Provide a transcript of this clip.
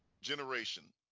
generation